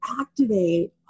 activate